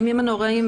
בימים הנוראים,